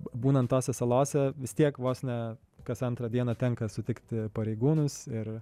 būnant tose salose vis tiek vos ne kas antrą dieną tenka sutikti pareigūnus ir